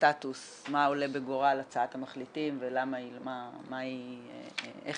סטאטוס מה עולה בגורל הצעת המחליטים ואיך היא מתקדמת.